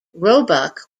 roebuck